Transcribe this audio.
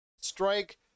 strike